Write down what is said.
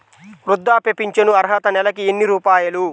వృద్ధాప్య ఫింఛను అర్హత నెలకి ఎన్ని రూపాయలు?